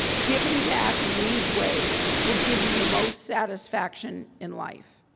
giving back in these ways will give you the most satisfaction in life.